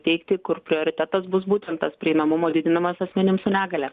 teikti kur prioritetas bus būtent tas prieinamumo didinimas asmenims su negalia